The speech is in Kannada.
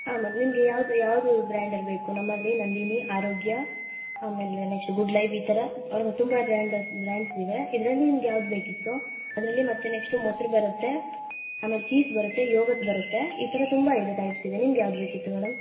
ಹಾಂ ಮ್ಯಾಮ್ ನಿಮಗೆ ಯಾವುದು ಯಾವುದು ಬ್ರಾಂಡಲ್ಲಿ ಬೇಕು ನಮ್ಮಲ್ಲೀ ನಂದಿನಿ ಆರೋಗ್ಯ ಆಮೇಲೆ ನೆಕ್ಸ್ಟ್ ಗುಡ್ ಲೈಫ್ ಈ ಥರ ತುಂಬ ಬ್ರ್ಯಾಂಡಸ್ ಬ್ರ್ಯಾಂಡ್ಸ್ ಇವೇ ಇದ್ರಲ್ಲಿ ನಿಮ್ಗೆ ಯಾವ್ದು ಬೇಕಿತ್ತು ಅದ್ರಲ್ಲಿ ಮತ್ತು ನೆಕ್ಸ್ಟ್ ಮೊಸರು ಬರುತ್ತೆ ಆಮೇಲೆ ಚೀಸ್ ಬರುತ್ತೆ ಯೋಗಟ್ ಬರುತ್ತೆ ಈ ಥರ ತುಂಬ ಇದೆ ಟೈಪ್ಸ್ ಇದೆ ನಿಮ್ಗೆ ಯಾವ್ದು ಬೇಕಿತ್ತು ಮೇಡಮ್